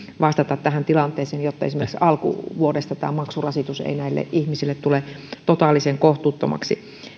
vastata tähän tilanteeseen jotta esimerkiksi alkuvuodesta tämä maksurasitus ei näille ihmisille tule totaalisen kohtuuttomaksi